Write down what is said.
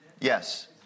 Yes